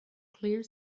clear